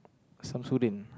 Shamsuddin